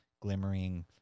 glimmering